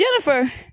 Jennifer